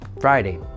Friday